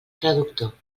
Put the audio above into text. traductor